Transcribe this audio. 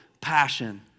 passion